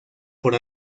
por